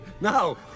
No